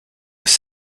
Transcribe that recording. was